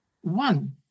One